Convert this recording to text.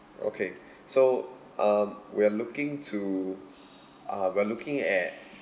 okay so um we're looking to uh we're looking at